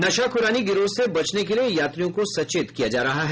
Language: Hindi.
नशाखुरानी गिरोह से बचने के लिए यात्रियों को सचेत किया जा रहा है